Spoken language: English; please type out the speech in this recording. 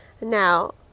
now